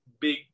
big